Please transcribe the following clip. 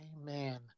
Amen